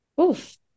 Oof